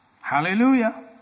Hallelujah